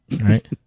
Right